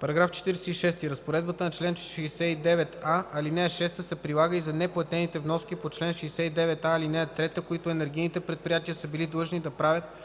§ 46. Разпоредбата на чл. 69а, ал. 6 се прилага и за неплатените вноски по чл. 69а, ал. 3, които енергийните предприятия са били длъжни да правят